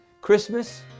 Christmas